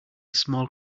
small